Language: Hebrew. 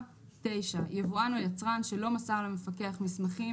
ההוראהיחידתאגיד "(9) יבואן או יצרן שלא מסר למפקח מסמכים